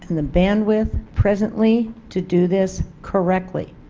and the bandwidth presently to do this correctly.